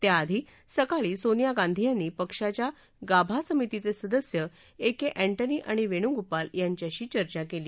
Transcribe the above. त्याआधी सकाळी सोनिया गांधी यांनी पक्षाच्या गाभा समितीचं सदस्य ए के अँजी आणि वेणूगोपाल यांच्याशी चर्चा केली